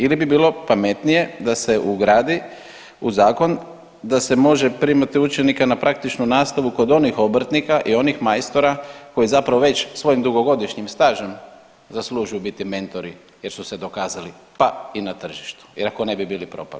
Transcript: Ili bi bilo pametnije da se ugradi u zakon da se može primati učenika na praktičnu nastavu kod onih obrtnika i onih majstora koji zapravo već svojim dugogodišnjim stažem zaslužuju biti mentori jer su se dokazali pa i na tržištu jer ako ne bi bili propali.